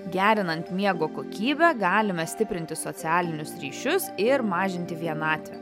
gerinant miego kokybę galime stiprinti socialinius ryšius ir mažinti vienatvę